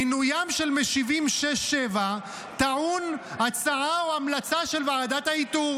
"מינוים של משיבים 6 ו-7 טעון הצעה או המלצה של ועדת האיתור.